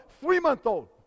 three-month-old